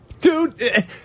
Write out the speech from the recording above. Dude